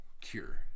cure